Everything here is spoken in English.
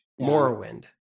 Morrowind